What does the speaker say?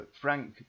frank